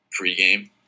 pregame